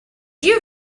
you